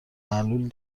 معلول